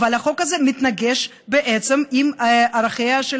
אבל החוק הזה מתנגש בעצם עם ערכיה של